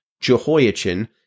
Jehoiachin